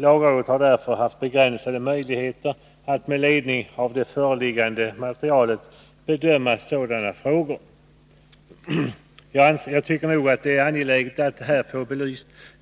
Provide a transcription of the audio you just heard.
Lagrådet har därför haft begränsade möjligheter att med ledning av det föreliggande materialet bedöma sådana frågor ——=-.” Jag tycker det är angeläget att